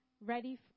ready